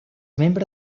membre